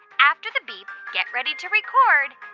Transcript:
after the beep, get ready to record